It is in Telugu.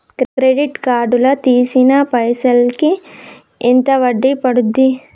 క్రెడిట్ కార్డ్ లా తీసిన పైసల్ కి ఎంత వడ్డీ పండుద్ధి?